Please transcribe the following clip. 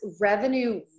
revenue